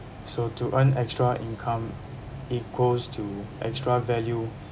so to earn extra income equals to extra value